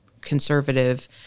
conservative